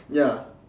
ya